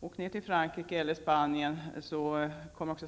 Om Sten Andersson åker ner till Frankrike eller Spanien kommer också